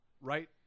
right